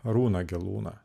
arūną gelūną